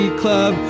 club